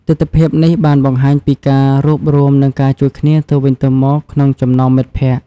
ទិដ្ឋភាពនេះបានបង្ហាញពីការរួបរួមនិងការជួយគ្នាទៅវិញទៅមកក្នុងចំណោមមិត្តភក្តិ។